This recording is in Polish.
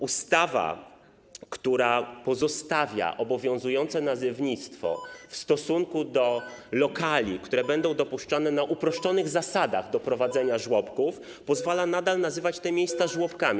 Ustawa pozostawia obowiązujące nazewnictwo w stosunku do lokali, które będą dopuszczone na uproszczonych zasadach do prowadzenia żłobków, pozwala nadal nazywać te miejsca żłobkami.